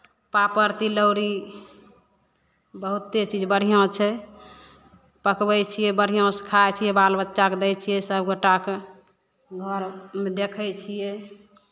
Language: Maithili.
पापड़ तिलौरी बहुते चीज बढ़िआँ छै पकबै छियै बढ़िआँसँ खाइ छियै बाल बच्चाकेँ दै छियै सभ गोटाकेँ घरमे देखै छियै